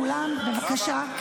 חבר הכנסת בליאק, צא מהאולם בבקשה.